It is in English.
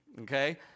okay